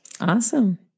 Awesome